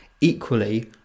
Equally